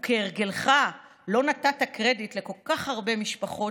וכהרגלך לא נתת קרדיט לכל כך הרבה משפחות